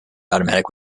automatic